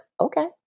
okay